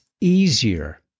easier